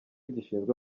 gishinzwe